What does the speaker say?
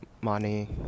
money